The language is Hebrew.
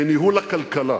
בניהול הכלכלה.